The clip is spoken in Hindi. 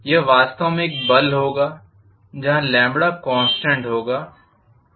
यह वास्तव में एक बल होगा जहाँ कॉन्स्टेंट होगा